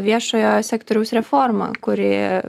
viešojo sektoriaus reformą kuri